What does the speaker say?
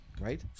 Right